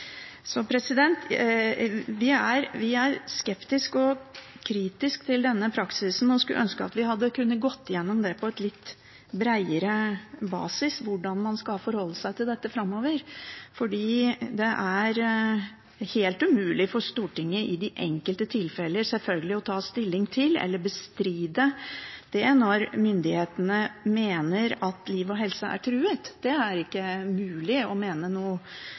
Vi er skeptisk og kritisk til denne praksisen og skulle ønske vi hadde kunnet gå gjennom på en litt bredere basis hvordan man skal forholde seg til dette framover. Det er selvfølgelig helt umulig for Stortinget i de enkelte tilfeller å ta stilling til eller bestride det når myndighetene mener at liv og helse er truet. Det er ikke mulig å mene noe